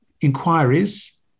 inquiries